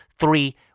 three